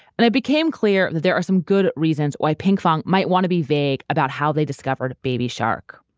and it became clear that there are some good reasons why pinkfong might want to be vague about how they discovered baby shark.